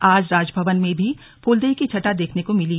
आज राजभवन में भी फूलदेई की छटा देखने को मिली